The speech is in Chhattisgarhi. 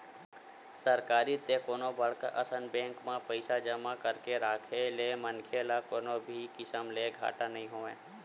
सरकारी ते कोनो बड़का असन बेंक म पइसा जमा करके राखे ले मनखे ल कोनो भी किसम ले घाटा नइ होवय